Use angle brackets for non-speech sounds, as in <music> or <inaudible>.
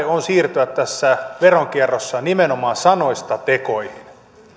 <unintelligible> on siirtyä tässä veronkierrossa nimenomaan sanoista tekoihin